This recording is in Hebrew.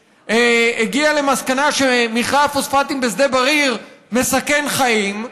למסקנה שמכרה הפוספטים בשדה בריר מסכן חיים,